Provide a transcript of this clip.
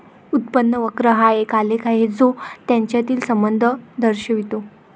उत्पन्न वक्र हा एक आलेख आहे जो यांच्यातील संबंध दर्शवितो